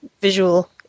visual